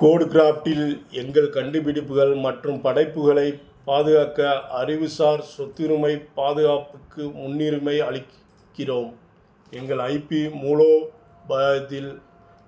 கோடு க்ராஃப்டில் எங்கள் கண்டுபிடிப்புகள் மற்றும் படைப்புகளை பாதுகாக்க அறிவுசார் சொத்துரிமை பாதுகாப்புக்கு முன்னுரிமை அளிக்கிறோம் எங்கள் ஐபி மூலோபாயத்தில்